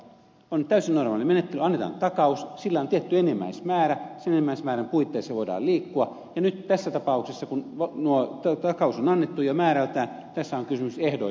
on täysin normaali menettely että annetaan takaus sillä on tietty enimmäismäärä sen enimmäismäärän puitteissa voidaan liikkua ja nyt tässä tapauksessa tuo takaus on annettu ja määrältään tässä on kysymys ehdoista